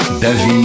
David